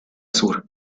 sur